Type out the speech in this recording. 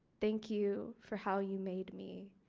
thank you for how you made me.